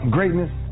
Greatness